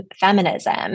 feminism